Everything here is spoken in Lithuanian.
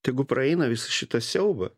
tegu praeina visą šitą siaubą